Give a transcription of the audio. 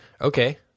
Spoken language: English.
okay